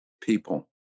people